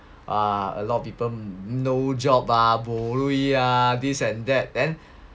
ah a lot of people no job bo lui lah this and that then